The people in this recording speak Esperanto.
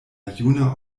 juna